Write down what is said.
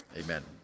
Amen